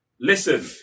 Listen